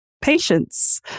patience